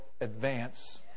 advance